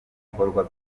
ibikorwa